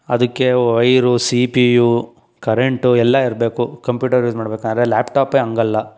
ಅದಕ್ಕೆ wire C P U current ಎಲ್ಲ ಇರಬೇಕು ಕಂಪ್ಯೂಟರ್ ಯೂಸ್ ಮಾಡ್ಬೇಕಾದ್ರೆ ಲ್ಯಾಪ್ಟಾಪೇ ಹಂಗಲ್ಲ